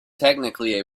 technically